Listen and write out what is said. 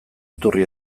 iturri